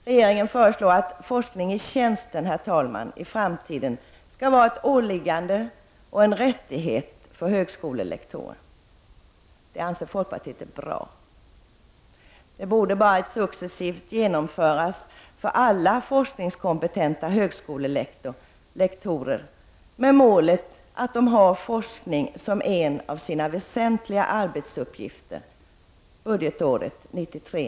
Regeringen föreslår att forskning i tjänsten i framtiden skall vara ett åläggande och en rättighet för högskolelektorer. Det anser folkpartiet är bra. Det borde successivt genomföras för alla forskningskompetenta högskolelektorer med målet att de skall ha forskning som en av sina väsentliga arbetsuppgifter budgetåret 1993/94.